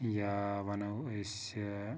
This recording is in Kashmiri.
یا وَنو أسۍ